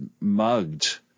mugged